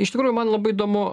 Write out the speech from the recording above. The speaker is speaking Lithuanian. iš tikrųjų man labai įdomu